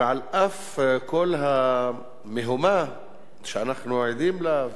ועל אף כל המהומה שאנחנו עדים לה,